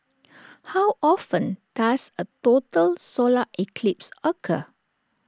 how often does A total solar eclipse occur